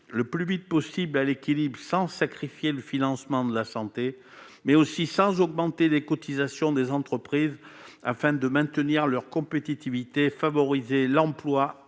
le plus vite possible à l'équilibre, sans sacrifier le financement de la santé, mais aussi sans augmenter les cotisations des entreprises afin de maintenir leur compétitivité et de favoriser l'emploi